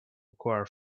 acquire